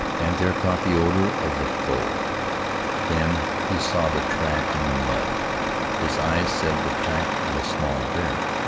and there caught the odor of the foe then he saw the track in the mud his eyes said the track of a small bear,